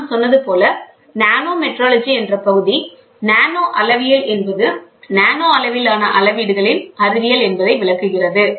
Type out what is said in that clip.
நான் சொன்னது போல நானோமெட்ராலஜி என்ற பகுதி நானோ அளவியல் என்பது நானோ அளவிலான அளவீடுகளின் அறிவியல் என்பதை விளக்குகிறது